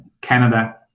Canada